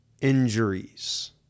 injuries